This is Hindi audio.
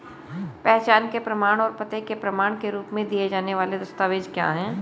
पहचान के प्रमाण और पते के प्रमाण के रूप में दिए जाने वाले दस्तावेज क्या हैं?